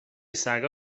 سگا